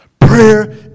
Prayer